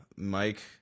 Mike